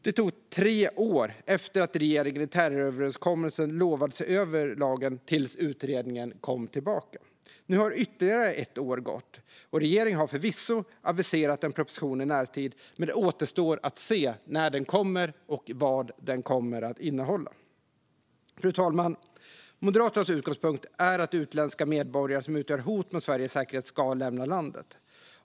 Det tog tre år från det att regeringen i terroröverenskommelsen lovade att se över lagen till dess att utredningen kom tillbaka. Nu har ytterligare ett år gått, och regeringen har förvisso aviserat en proposition i närtid. Men det återstår att se när den kommer och vad den kommer att innehålla. Fru talman! Moderaternas utgångspunkt är att utländska medborgare som utgör hot mot Sveriges säkerhet ska lämna landet.